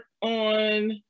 on